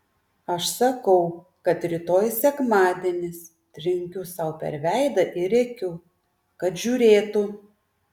aš sakau kad rytoj sekmadienis trenkiu sau per veidą ir rėkiu kad žiūrėtų